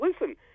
listen